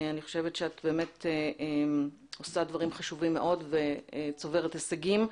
אני חושבת שאת באמת עושה דברים חשובים מאוד וצוברת הישגים.